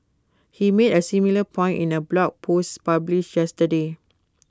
he made A similar point in A blog post published yesterday